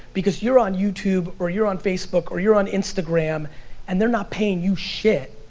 because you're on youtube or you're on facebook or you're on instagram and they're not paying you shit.